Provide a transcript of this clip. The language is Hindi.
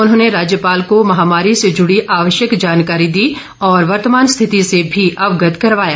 उन्होंने राज्यपाल को महामारी से जुड़ी आवश्यक जानकारी दी और वर्तमान स्थिति से भी अवगत करवाया